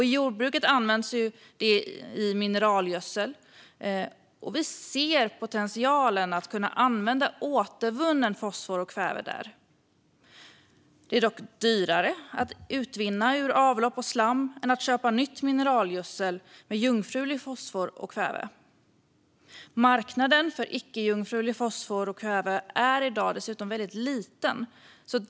I jordbruket används dessa ämnen i mineralgödsel, och vi ser potentialen i att använda återvunnen fosfor och kväve där. Det är dock dyrare att utvinna ur avlopp och slam än att köpa ny mineralgödsel med jungfrulig fosfor och kväve. Marknaden för icke jungfrulig fosfor och kväve är dessutom väldigt liten i dag.